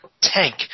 tank